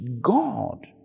God